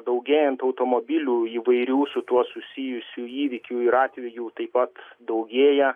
daugėjant automobilių įvairių su tuo susijusių įvykių ir atvejų taip pat daugėja